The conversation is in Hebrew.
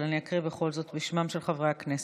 אבל אני אקרא בכל זאת בשמם של חברי הכנסת.